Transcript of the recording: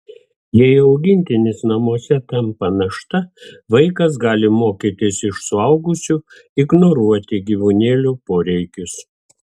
jei augintinis namuose tampa našta vaikas gali mokytis iš suaugusių ignoruoti gyvūnėlio poreikius